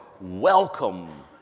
welcome